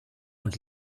und